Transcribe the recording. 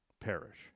perish